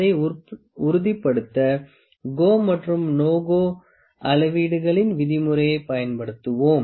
அதை உறுதிப்படுத்த GO மற்றும் NO GO அளவீடுகளின் விதிமுறையைப் பயன்படுத்துவோம்